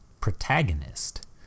protagonist